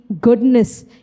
goodness